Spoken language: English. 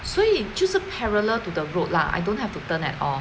所以就是 parallel to the road lah I don't have to turn at all